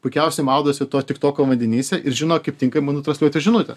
puikiausiai maudosi to tik toko vandenyse ir žino kaip tinkamai nutransliuoti žinutę